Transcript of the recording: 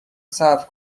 صرف